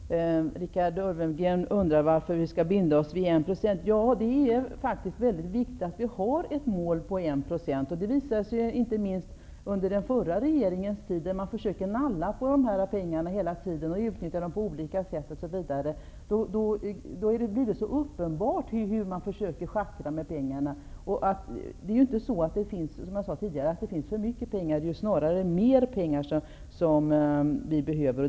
Herr talman! Richard Ulfvengren undrar varför vi skall binda oss för 1 %. Det är faktiskt väldigt viktigt att vi har ett mål på 1 %. Det visade sig inte minst under den förra regeringens tid då man hela tiden försökte nalla på de här pengarna för att använda dem för andra ändamål. Det blir på det sättet så uppenbart att man försöker schackra med pengarna. Som jag sade tidigare är det inte mindre utan mer pengar som behövs.